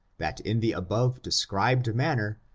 that in the above described manner,